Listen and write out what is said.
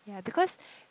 yeah because